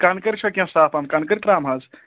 کَنٛدٕکٔرۍ چھُوا کینٛہہ صاف پَہَم کینٛہہ کَنٛدٕکٔرۍ ترٛام حظ